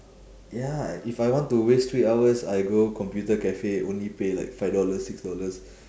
ya if I want to waste three hours I go computer cafe only pay like five dollars six dollars